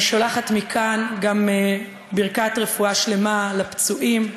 אני שולחת מכאן גם ברכת רפואה שלמה לפצועים,